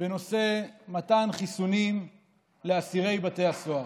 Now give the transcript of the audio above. בנושא מתן חיסונים לאסירים בבתי הסוהר.